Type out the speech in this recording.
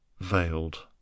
veiled